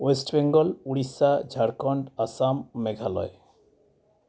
west Bengal Odisha Jharkhand Assam Meghalaya